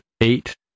eight